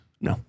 No